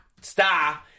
star